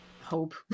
hope